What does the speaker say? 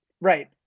right